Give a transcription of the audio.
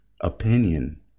opinion